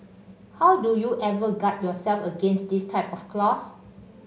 how do you ever guard yourself against this type of clause